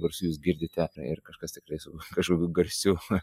garsų jūs girdite ir kažkas tikrai su kažkokiu garsiu